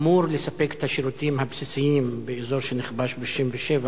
אמור לספק את השירותים הבסיסיים באזור שנכבש ב-67'